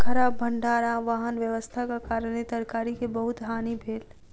खराब भण्डार आ वाहन व्यवस्थाक कारणेँ तरकारी के बहुत हानि भेल